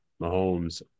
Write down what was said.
Mahomes